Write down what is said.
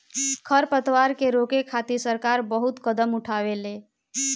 खर पतवार के रोके खातिर सरकार बहुत कदम उठावेले